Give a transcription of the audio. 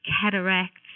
cataracts